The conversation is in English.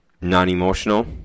non-emotional